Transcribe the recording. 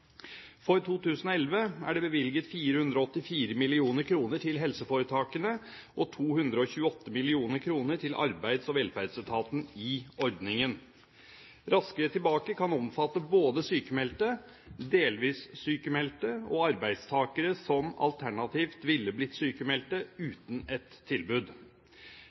For 2011 er det bevilget 484 mill. kr til helseforetakene og 228 mill. kr til Arbeids- og velferdsetaten i ordningen. Raskere tilbake kan omfatte både sykmeldte, delvis sykmeldte og arbeidstakere som alternativt ville blitt sykmeldt uten et tilbud.